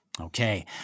Okay